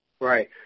Right